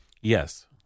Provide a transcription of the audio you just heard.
Yes